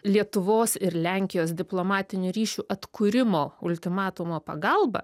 lietuvos ir lenkijos diplomatinių ryšių atkūrimo ultimatumo pagalba